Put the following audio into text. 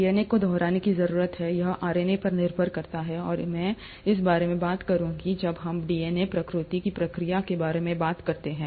DNA को दोहराने की जरूरत है यह आरएनए पर निर्भर करता है और मैं इस बारे में बात करूंगा जब हम डीएनए प्रतिकृति की प्रक्रिया के बारे में बात करते हैं